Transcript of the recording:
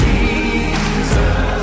Jesus